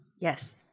yes